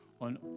on